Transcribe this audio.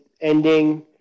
ending